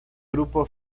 grupo